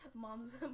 Mom's